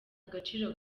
agaciro